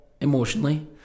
emotionally